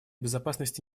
безопасности